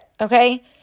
okay